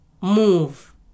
move